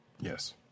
Yes